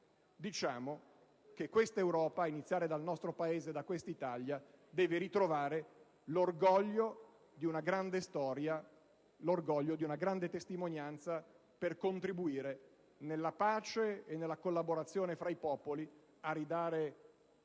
diciamo che questa Europa, ad iniziare da questa Italia, deve ritrovare l'orgoglio di una grande storia, di una grande testimonianza per contribuire nella pace e nella collaborazione tra i popoli a ridare un futuro